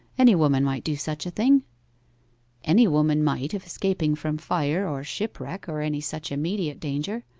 any woman might do such a thing any woman might if escaping from fire or shipwreck, or any such immediate danger.